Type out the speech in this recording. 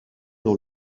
dans